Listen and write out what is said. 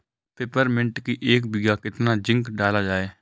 Peppermint की एक बीघा कितना जिंक डाला जाए?